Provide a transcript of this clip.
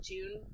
June